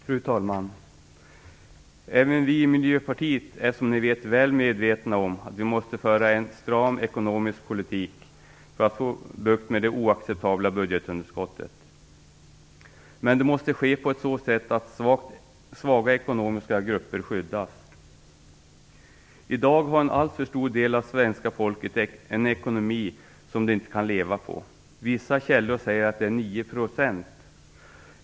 Fru talman! Även vi i Miljöpartiet är, som ni vet, väl medvetna om att vi måste föra en stram ekonomisk politik för att få bukt med det oacceptabla budgetunderskottet. Men det måste ske på ett sätt så att ekonomiskt svaga grupper skyddas. I dag har en alltför stor del av svenska folket en sådan ekonomi att de inte kan leva på vad de har. Vissa källor säger att det är 9 %.